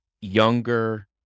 younger